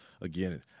again